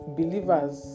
believers